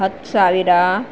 ಹತ್ತು ಸಾವಿರ